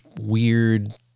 weird